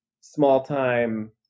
small-time